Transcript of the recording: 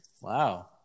Wow